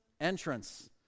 entrance